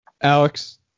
Alex